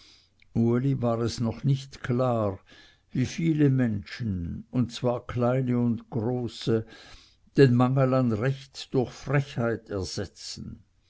war es noch nicht klar wie viele menschen und zwar kleine und große den mangel an recht durch frechheit ersetzen